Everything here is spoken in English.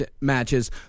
matches